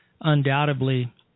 undoubtedly